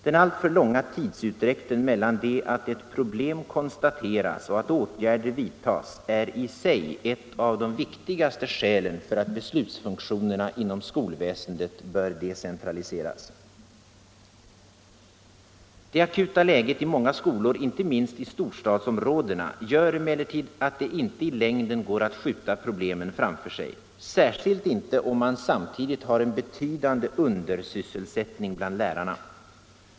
Den alltför långa tidsutdräkten mellan det att ett problem konstateras och att åtgärder vidtas är i sig ett av de viktigaste skälen för att beslutsfunktionerna inom skolväsendet skall decentraliseras. Det akuta läget i många skolor inte minst i storstadsområdena gör emellertid att det inte i längden går att skjuta problemen framför sig, särskilt inte om man samtidigt har en betydande undersysselsättning bland lärarna.